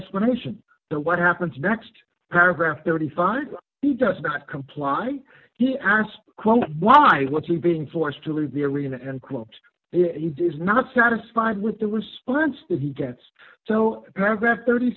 explanation for what happens next paragraph thirty five dollars he does not comply he asked quote why what's he been forced to leave the arena and quote if he does not satisfied with the response that he gets so paragraph thirty